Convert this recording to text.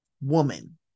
woman